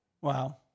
wow